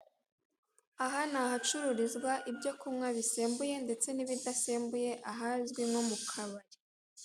Aha nahacururizwa ibyo kumywa bisembuye ndetse n'ibidasembuye ahazwi nko mukabari.